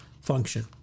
function